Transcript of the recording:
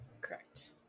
correct